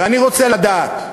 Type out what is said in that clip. ואני רוצה לדעת,